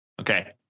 Okay